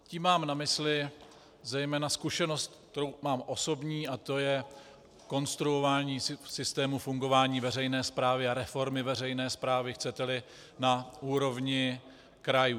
Tím mám na mysli zejména zkušenost, kterou mám osobní, a to je konstruování systému fungování veřejné správy a reformy veřejné správy, chceteli, na úrovni krajů.